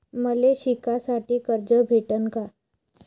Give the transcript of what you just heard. मले शिकासाठी कर्ज भेटन का?